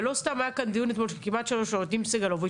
ולא סתם היה כאן דיון אתמול של כמעט שלוש שעות עם סגלוביץ,